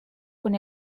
con